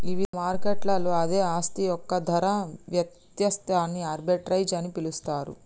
ఇవిధ మార్కెట్లలో అదే ఆస్తి యొక్క ధర వ్యత్యాసాన్ని ఆర్బిట్రేజ్ అని పిలుస్తరు